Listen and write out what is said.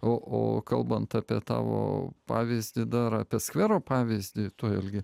o o kalbant apie tavo pavyzdį dar apie skvero pavyzdį tu irgi